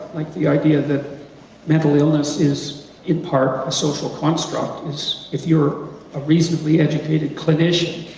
like the idea that mental illness is in part a social construct, is. if you're a reasonably educated clinician,